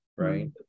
right